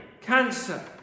cancer